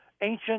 ancient